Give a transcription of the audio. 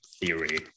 theory